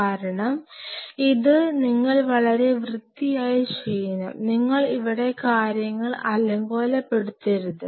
കാരണം ഇത് നിങ്ങൾ വളരെ വൃത്തിയായി ചെയ്യണം നിങ്ങൾ ഇവിടെ കാര്യങ്ങൾ അലങ്കോലപ്പെടുത്തരുത്